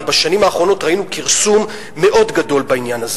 הרי בשנים האחרונות ראינו כרסום מאוד גדול בעניין הזה.